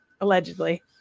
Allegedly